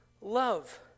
love